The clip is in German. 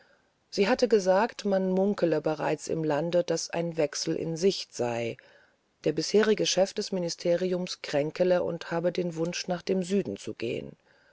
sie hatte gesagt man munkele bereits im lande daß ein wechsel in sicht sei der bisherige chef des ministeriums kränkele und habe den wunsch nach dem süden zu gehen